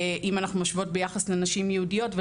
אם אנחנו משוות ביחס לנשים יהודיות,